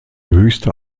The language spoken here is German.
höchste